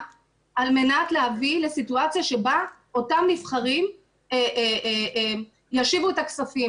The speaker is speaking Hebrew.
על מנת להביא לסיטואציה שבה אותם נבחרים ישיבו את הכספים.